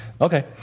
Okay